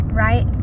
right